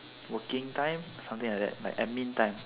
working time something like that like admin time